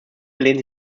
lehnte